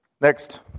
next